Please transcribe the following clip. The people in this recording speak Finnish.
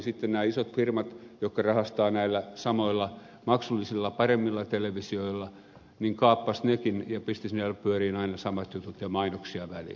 sitten nämä isot firmat jotka rahastavat näillä samoilla maksullisilla paremmilla televisioilla kaappasivat nekin ja pistivät sinne pyörimään aina samat jutut ja mainoksia väliin